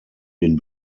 den